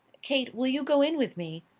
kate, will you go in with me?